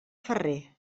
ferrer